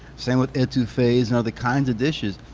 same with etouffees and other kinds of dishes.